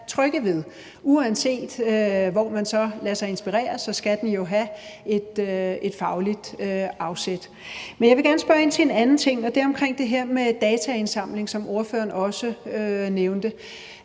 trygge ved. Uanset hvor man så lader sig inspirere, skal det jo have et fagligt afsæt. Men jeg vil gerne spørge ind til en anden ting, og det er omkring det her med dataindsamling, som ordføreren også nævnte.